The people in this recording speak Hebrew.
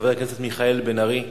חבר הכנסת מיכאל בן-ארי,